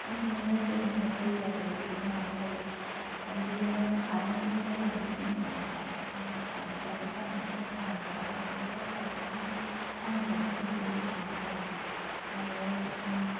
नोजोर होजायो होयो आरो बुंजानांगौ जायो आरो बिदिनो खारेन्तफोरनि बेलायावबो जेनेबा लायतफोर खारेन्तफ्राबो गामियाव इसे बारहुंखा बार बारोबानो खारेन्तफोर थाङो थाउनाफ्रावथ' बिदि थांलाबाया आरो बिदिनो